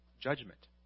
judgment